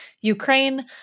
Ukraine